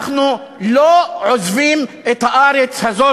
אנחנו לא עוזבים את הארץ הזאת,